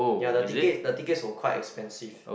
ya the tickets the tickets were quite expensive